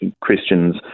Christians